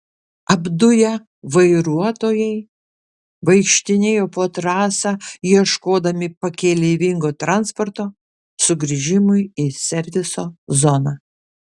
apduję vairuotojai vaikštinėjo po trasą ieškodami pakeleivingo transporto sugrįžimui į serviso zoną